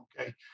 okay